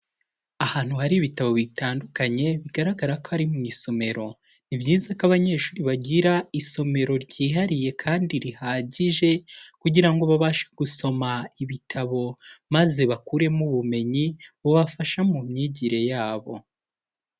Ahantu hari ibitabo bitandukanye bigaragara ko ari mu isomero, ni byiza ko abanyeshuri bagira isomero ryihariye kandi rihagije kugira ngo babashe gusoma ibitabo maze bakuremo ubumenyi bubafasha mu myigire yabo.